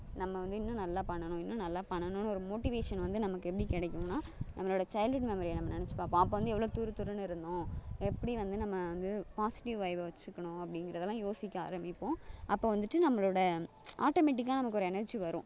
நம்ம வந்து இன்னும் நல்லா பண்ணணும் இன்னும் நல்லா பண்ணணுன்னு ஒரு மோட்டிவேஷன் வந்து நமக்கு எப்படி கிடைக்கும்னா நம்மளோடய சைல்ட்வுட் மெமரியே நம்ம நினச்சு பார்ப்போம் அப்போ வந்து எவ்வளோ துருத்துருனு இருந்தோம் எப்படி வந்து நம்ம வந்து பாசிட்டிவ் வைபை வச்சுக்கணும் அப்படிங்கிறதெல்லாம் யோசிக்க ஆரம்பிப்போம் அப்போ வந்துட்டு நம்மளோடய ஆட்டோமேட்டிக்காக நமக்கு ஒரு எனர்ஜி வரும்